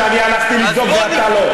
שאני הלכתי לבדוק ואתה לא,